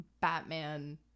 Batman